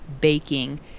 baking